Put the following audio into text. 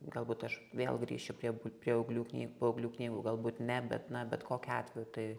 galbūt aš vėl grįšiu prie būt prie auglių kny paauglių knygų galbūt ne bet na bet kokiu atveju tai